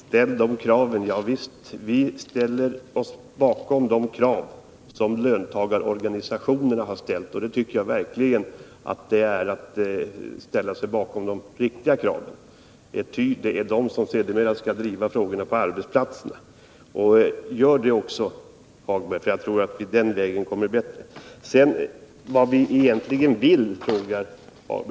Fru talman! ”Ställ de kraven!” sades det. Javisst, vi ställer oss bakom de krav som löntagarorganisationerna har ställt, och det tycker jag verkligen är att ställa sig bakom de viktiga kraven, ty det är de frågorna som sedermera skall drivas på arbetsplatsen. Gör detta också, Lars-Ove Hagberg, ty jag tror att det är på den vägen som förbättringar kan genomföras! Lars-Ove Hagberg frågar vad vi egentligen vill.